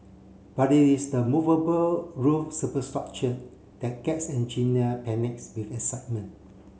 but it is the movable roof superstructure that gets engineer panics with excitement